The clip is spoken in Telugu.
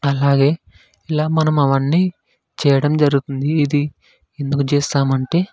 అలాగే ఇలా మనం అవన్నీ చేయడం జరుగుతుంది ఇది ఎందుకు చేస్తామంటే